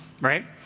right